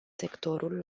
sectorul